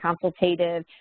consultative